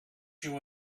you